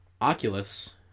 Oculus